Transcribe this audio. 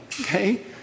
Okay